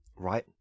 Right